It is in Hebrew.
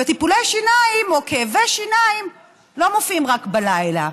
וטיפולי שיניים או כאבי שיניים לא מופיעים רק בלילה.